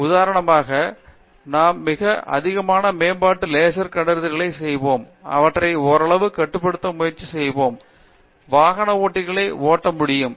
உதாரணமாக நாம் மிக அதிகமான மேம்பட்ட லேசர் கண்டறிதல்களை செய்வோம் அவற்றை ஓரளவு கட்டுப்படுத்த முயற்சி செய்வோம் வாகன ஓட்டிகளை ஓட்ட முடியும்